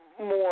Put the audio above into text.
more